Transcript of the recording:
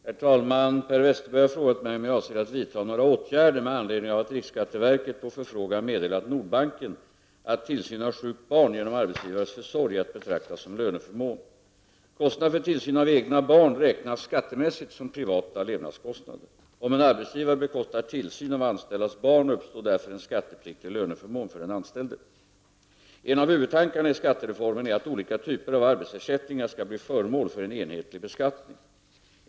Herr talman! Per Westerberg har frågat mig om jag avser att vidta några åtgärder med anledning av att riksskatteverket på förfrågan meddelat Nordbanken att tillsyn av sjukt barn genom arbetsgivares försorg är att betrakta som löneförmån. Kostnader för tillsyn av egna barn räknas skattemässigt som privata levnadskostnader. Om en arbetsgivare bekostar tillsyn av anställdas barn uppstår därför en skattepliktig löneförmån för den anställde. En av huvudtankarna i skattereformen är att olika typer av arbetsersättningar skall bli föremål för en enhetlig beskattning.